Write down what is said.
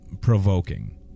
provoking